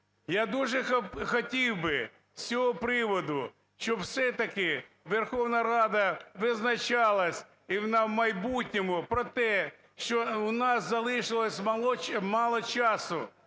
Я дуже хотів би з цього приводу, щоб все-таки Верховна Рада визначалась і в майбутньому про те, що у нас залишилось мало часу,